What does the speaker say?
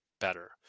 better